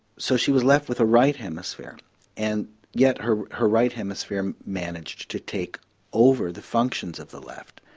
so she was left with a right hemisphere and yet her her right hemisphere managed to take over the functions of the left.